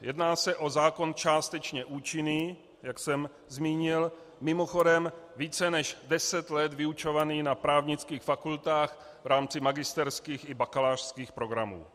Jedná se o zákon částečně účinný, jak jsem zmínil, mimochodem více než deset let vyučovaný na právnických fakultách v rámci magisterských i bakalářských programů.